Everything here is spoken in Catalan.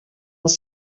els